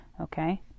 Okay